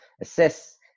assists